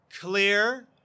Clear